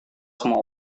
semua